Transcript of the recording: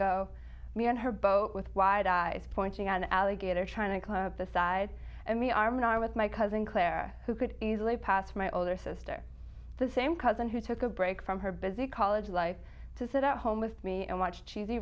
go me in her boat with wide eyes pointing out an alligator trying to climb up the side and me arm in arm with my cousin claire who could easily pass for my older sister the same cousin who took a break from her busy college life to sit at home with me and watch cheesy